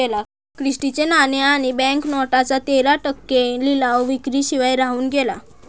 Christie चे नाणे आणि बँक नोटांचा तेरा टक्के लिलाव विक्री शिवाय राहून गेला